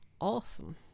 awesome